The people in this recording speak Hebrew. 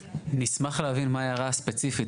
נשמח להבין מה ההערה הספציפית.